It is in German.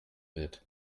wird